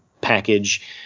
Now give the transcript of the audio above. package